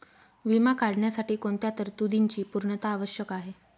विमा काढण्यासाठी कोणत्या तरतूदींची पूर्णता आवश्यक आहे?